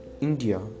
India